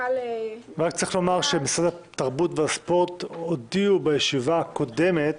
רק צריך לומר שמשרד התרבות והספורט הודיעו בישיבה הקודמת